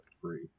free